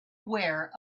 aware